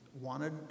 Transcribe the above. wanted